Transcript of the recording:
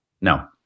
No